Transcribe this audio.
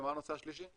ומה הנושא השלישי?